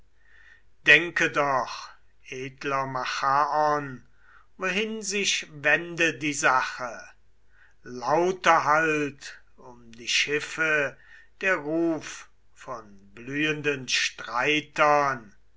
denke doch edler machaon wohin sich wende die sache lauter hallt um die schiffe der ruf von blühenden streitern